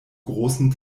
großen